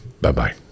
Bye-bye